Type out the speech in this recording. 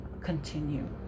continue